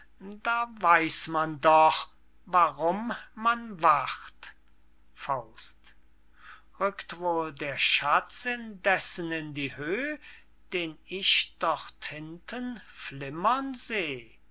da weiß man doch warum man wacht rückt wohl der schatz indessen in die höh den ich dorthinten flimmern seh